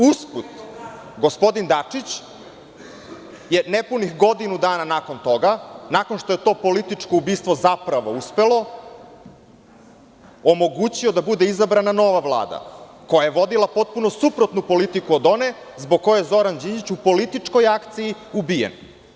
Usput, gospodin Dačić je nepunih godinu dana nakon toga, nakon što je to političko ubistvo, zapravo uspelo, omogućio da bude izabrana nova Vlada, koja je vodila potpuno suprotnu politiku od one zbog koje je Zoran Đinđić, u političkoj akciji ubijen.